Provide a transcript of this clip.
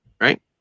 right